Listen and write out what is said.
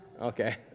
Okay